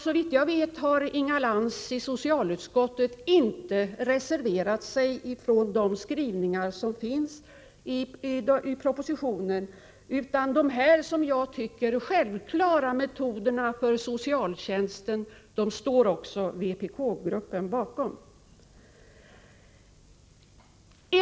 Såvitt jag vet har Inga Lantz i samband med behandlingen av propositionen i socialutskottet inte reserverat sig mot de skrivningar som återfinns i denna. De här, som jag tycker, självklara principerna för socialtjänsten står således även vpk-gruppen bakom.